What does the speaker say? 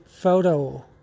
photo